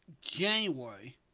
January